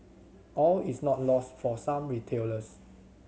all is not lost for some retailers